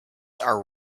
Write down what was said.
are